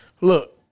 look